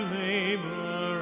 labor